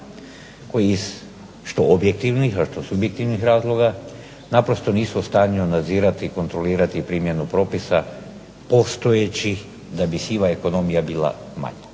koji iz, što objektivnih, a što subjektivnih razloga naprosto nisu u stanju nadzirati i kontrolirati primjenu propisa postojećih, da bi siva ekonomija bila manja.